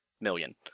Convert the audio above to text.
million